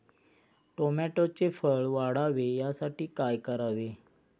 टोमॅटोचे फळ वाढावे यासाठी काय करावे?